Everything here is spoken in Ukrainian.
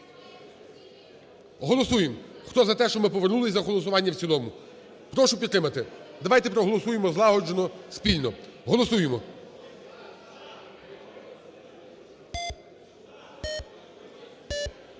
Голосуємо. Хто за те, щоб ми повернулися за голосування в цілому, прошу підтримати. Давайте проголосуємо злагоджено, спільно. Голосуємо.